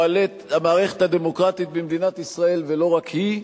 המערכת הדמוקרטית במדינת ישראל פועלת, ולא רק היא,